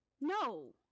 No